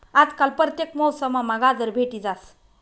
आजकाल परतेक मौसममा गाजर भेटी जास